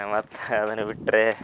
ಮತ್ತು ಅದನ್ನ ಬಿಟ್ಟರೆ